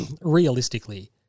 realistically